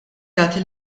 jagħti